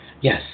Yes